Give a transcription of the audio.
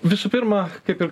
visų pirma kaip ir